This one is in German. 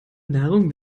nahrung